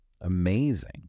amazing